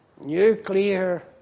nuclear